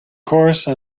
course